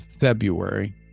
February